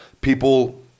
people